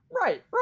Right